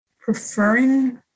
preferring